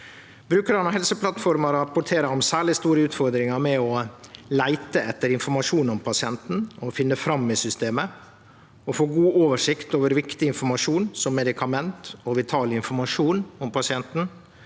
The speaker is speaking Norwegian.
Brukarar av Helseplattforma rapporterer om særleg store utfordringar med å – leite etter informasjon om pasienten og finne fram i systemet – få god oversikt over viktig informasjon, som medikament og vital informasjon om pasienten